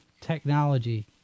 technology